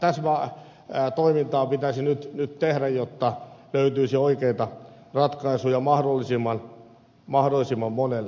eli tällaista täsmätoimintaa pitäisi nyt tehdä jotta löytyisi oikeita ratkaisuja mahdollisimman monelle